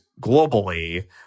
globally